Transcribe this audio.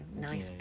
nice